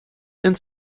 ins